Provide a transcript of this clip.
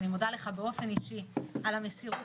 אני מודה לך באופן אישי על המסירות,